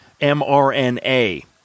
mRNA